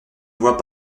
voit